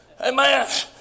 Amen